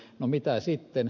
no mitä sitten